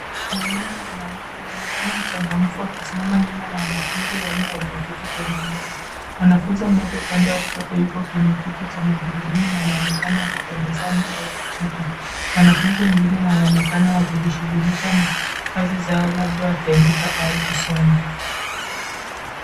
Mwalimu mwanamke anaonekana mchangamfu akisimama nyuma ya wanafunzi wale walioketi kwenye meza. Mwanafunzi mmoja upande wa kushoto, yuko kwenye kiti cha magurudumu na anaonekana akitabasamu au kucheka. Wanafunzi wengine wanaonekana wakijishughulisha na kazi zao, labda wakiandika au kusoma.